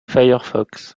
firefox